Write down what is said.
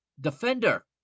defender